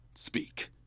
Speak